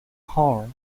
horror